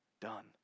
done